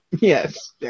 Yes